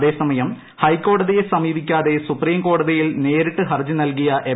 അതേസമയം ഹൈക്കോടതിയെ സമീപിക്കാതെ സുപ്രീം കോടതിയിൽ നേരിട്ട് ഹർജി നൽകിയ എം